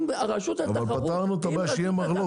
אם רשות התחרות --- אבל פתרנו את זה על ידי שיהיה מרלו"ג